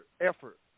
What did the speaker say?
effort